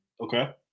Okay